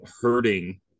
hurting